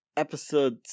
episode